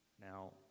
Now